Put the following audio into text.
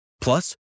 Plus